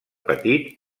petit